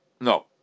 No